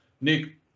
Nick